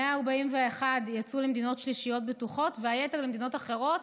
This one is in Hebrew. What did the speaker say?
141 יצאו למדינות שלישיות בטוחות והיתר למדינות אחרות,